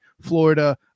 Florida